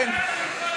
תן לי.